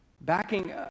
Backing